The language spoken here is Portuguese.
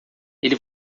ele